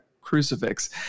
crucifix